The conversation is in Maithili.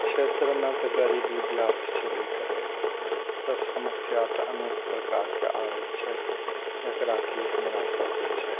क्षेत्रमे तऽ गरीबी ब्याप्त छेबे करै तऽ समस्या तऽ अनेक प्रकारके आबै छै एकरा की हमरा सब जे छै